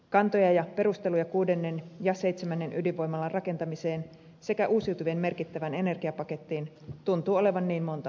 kantoja ja perusteluja kuudennen ja seitsemännen ydinvoimalan rakentamiseen sekä uusiutuvien merkittävään energiapakettiin tuntuu olevan niin monta kuin on katsojaa